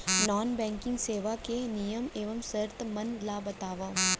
non banking सेवाओं के नियम एवं शर्त मन ला बतावव